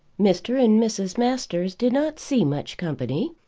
mr. and mrs. masters did not see much company,